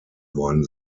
worden